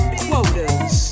quotas